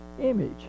image